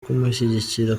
kumushyigikira